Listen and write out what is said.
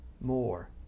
more